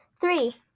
three